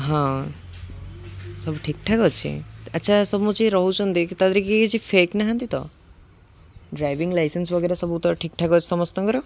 ହଁ ସବୁ ଠିକଠାକ୍ ଅଛି ଆଚ୍ଛା ସବୁଁ ଯି ରହୁଚନ୍ତି ତା ଧିହରେ କି କିଛି ଫେକ୍ ନାହାନ୍ତି ତ ଡ୍ରାଇଭିଂ ଲାଇସେନ୍ସ ବଗେରା ସବୁ ତ ଠିକ ଠାକ୍ ଅଛି ସମସ୍ତଙ୍କର